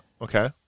Okay